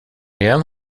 igen